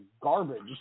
garbage